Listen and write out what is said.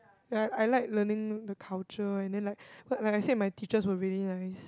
ya I like learning the culture and then like what like I said my teachers were really nice